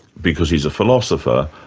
because he's a philosopher,